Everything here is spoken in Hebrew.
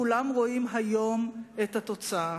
כולם רואים היום את התוצאה.